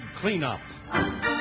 cleanup